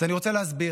אז אני רוצה להסביר.